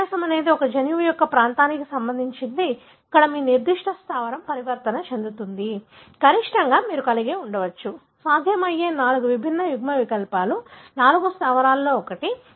వ్యత్యాసం అనేది ఒక జన్యువు యొక్క ప్రాంతానికి సంబంధించినది ఇక్కడ మీ నిర్దిష్ట స్థావరం పరివర్తన చెందుతుంది గరిష్టంగా మీరు కలిగి ఉండవచ్చు సాధ్యమయ్యే నాలుగు విభిన్న యుగ్మవికల్పాలు నాలుగు స్థావరాలలో ఒకటి